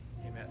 Amen